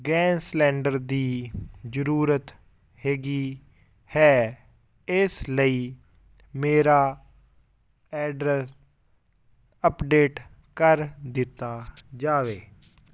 gas cylinder ਦੀ ਜ਼ਰੂਰਤ ਹੈਗੀ ਹੈ ਇਸ ਲਈ ਮੇਰਾ ਐਡਰੈਸ ਅਪਡੇਟ ਕਰ ਦਿੱਤਾ ਜਾਵੇ